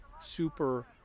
super